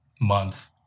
month